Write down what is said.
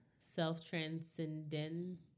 self-transcendent